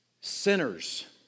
sinners